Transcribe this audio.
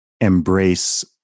embrace